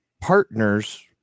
partners